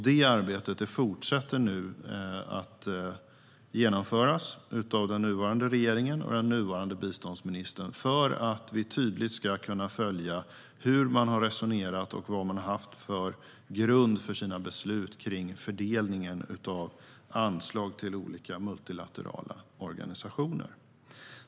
Det arbetet fortsätter nu att genomföras av den nuvarande regeringen och den nuvarande biståndsministern för att vi tydligt ska kunna följa hur man har resonerat och vad man har haft för grund för sina beslut om fördelning av anslag till olika multilaterala organisationer.